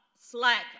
slack